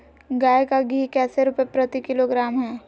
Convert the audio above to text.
गाय का घी कैसे रुपए प्रति किलोग्राम है?